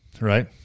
Right